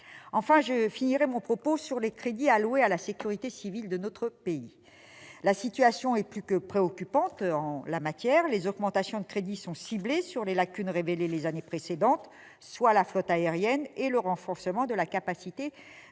biens. Je finirai mon propos sur les crédits alloués à la sécurité civile de notre pays. La situation est plus que préoccupante en la matière. Les augmentations de crédit sont ciblées sur les lacunes révélées les années précédentes, soit la flotte aérienne et le renforcement de la capacité de déminage.